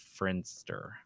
Friendster